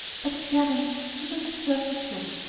but clarence did not observe this look,